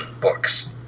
books